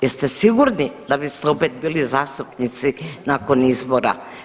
Jest sigurni da biste opet bili zastupnici nakon izbora?